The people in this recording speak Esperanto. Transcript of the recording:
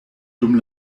dum